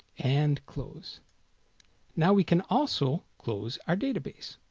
and close now, we can also close our database